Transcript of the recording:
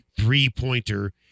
three-pointer